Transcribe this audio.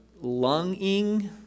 lunging